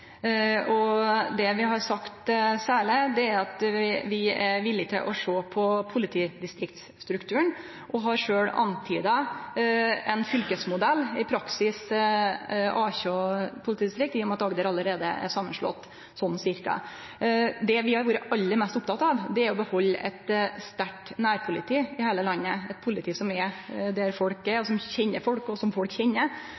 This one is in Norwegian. Det vi har sagt særleg, er at vi villige til å sjå på politidistriktsstrukturen, og har sjølve antyda ein fylkesmodell, i praksis 18 politidistrikt, sånn ca., i og med at Agder allereie er samanslått. Det vi har vore aller mest opptekne av, er å behalde eit sterkt nærpoliti i heile landet, eit politi som er der folk er,